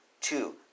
Two